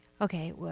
Okay